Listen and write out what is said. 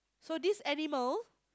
so this animal